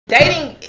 Dating